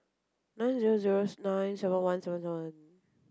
nine zero zero nine seven one seven seven